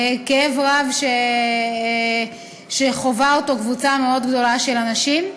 כאב רב שחווה קבוצה מאוד גדולה של אנשים.